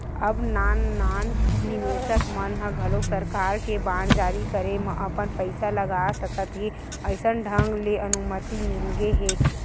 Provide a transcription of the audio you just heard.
अब नान नान निवेसक मन ह घलोक सरकार के बांड जारी करे म अपन पइसा लगा सकत हे अइसन ढंग ले अनुमति मिलगे हे